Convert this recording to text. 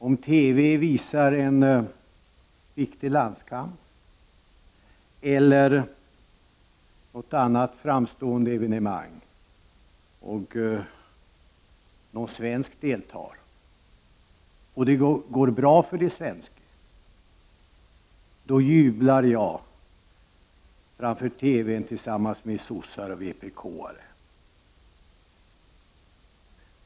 Om TV visar en viktig landskamp eller något annat framstående evenemang och någon från Sverige deltar och det går bra för ”di svenske”, jublar jag framför TV:n tillsammans med socialdemokrater och vpk-are.